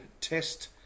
test